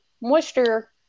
moisture